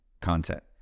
content